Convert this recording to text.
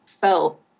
felt